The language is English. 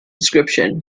description